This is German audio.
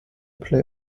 play